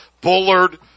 Bullard